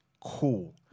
cool